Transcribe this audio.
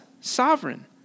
sovereign